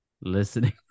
listening